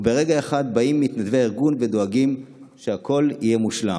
ברגע אחד באים מתנדבי הארגון ודואגים שהכול יהיה מושלם.